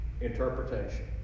interpretation